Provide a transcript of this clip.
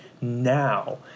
now